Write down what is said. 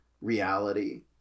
reality